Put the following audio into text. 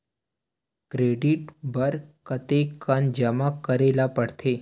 Credit बर कतेकन जमा करे ल पड़थे?